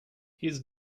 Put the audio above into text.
his